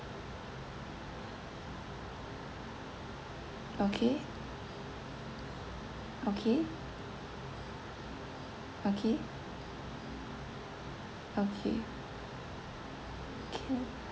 okay okay okay okay okay